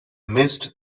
missed